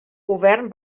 govern